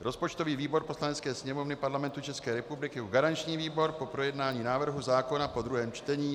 Rozpočtový výbor Poslanecké sněmovny Parlamentu České republiky, garanční výbor, po projednání návrhu zákona po druhém čtení